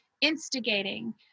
instigating